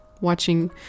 watching